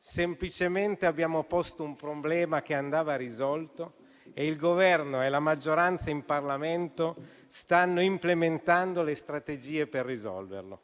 semplicemente abbiamo posto un problema che andava risolto e il Governo e la maggioranza in Parlamento stanno implementando le strategie per risolverlo.